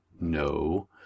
No